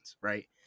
right